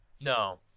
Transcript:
No